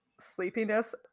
sleepiness